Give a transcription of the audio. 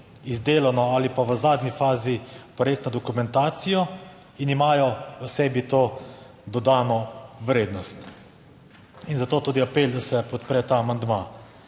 izdelano ali pa v zadnji fazi projektno dokumentacijo in imajo v sebi to dodano vrednost in zato tudi apel, da se podpre ta amandma.